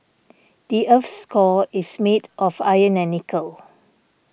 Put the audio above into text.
the earth's core is made of iron and nickel